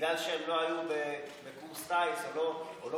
בגלל שהם לא היו בקורס טיס או לא